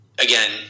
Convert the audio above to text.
again